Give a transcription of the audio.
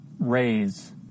Raise